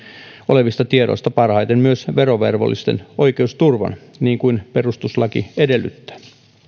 olevista tiedoista parhaiten myös verovelvollisten oikeusturvan niin kuin perustuslaki edellyttää